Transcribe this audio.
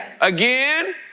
again